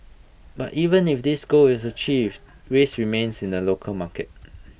but even if this goal is achieved risks remains in the local market